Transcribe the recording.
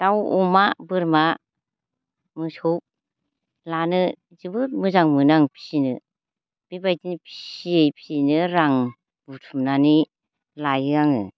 दाउ अमा बोरमा मोसौ लानो जोबोद मोजां मोनो आं फिनो बेबायदिनो फियै फियैनो रां बुथुमनानै लायो आङो